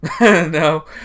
no